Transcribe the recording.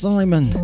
Simon